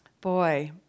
Boy